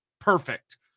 perfect